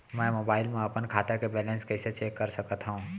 मैं मोबाइल मा अपन खाता के बैलेन्स कइसे चेक कर सकत हव?